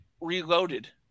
reloaded